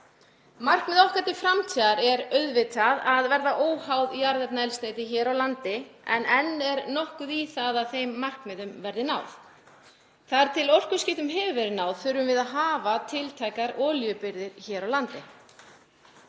Markmið okkar til framtíðar er auðvitað að verða óháð jarðefnaeldsneyti hér á landi en enn er nokkuð í það að þeim markmiðum verði náð. Þar til orkuskiptum hefur verið náð þurfum við að hafa tiltækar olíubirgðir hér á landi.